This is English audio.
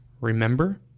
remember